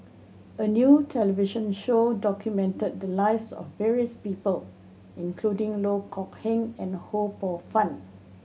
a new television show documented the lives of various people including Loh Kok Heng and Ho Poh Fun